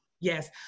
Yes